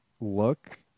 look